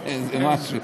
זה משהו.